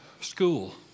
school